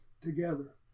together